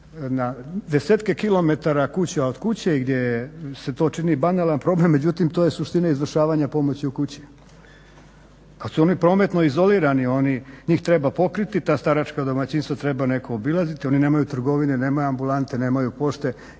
na desetke kilometara kuća od kuće gdje se to čini banalan problem međutim to je suština izvršavanja pomoći u kući. Kada su oni prometno izolirani, njih treba pokriti ta staračka domaćinstva treba netko obilaziti, oni nemaju trgovine, nemaju ambulante, nemaju pošte